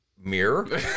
mirror